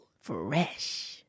Fresh